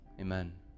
Amen